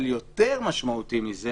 אבל יותר משמעותי מזה,